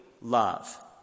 love